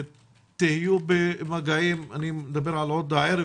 שתהיו במגעים אני מדבר על עוד הערב